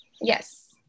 yes